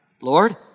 Lord